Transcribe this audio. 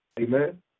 Amen